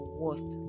worth